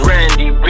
Randy